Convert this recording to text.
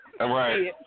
Right